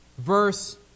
Verse